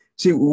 See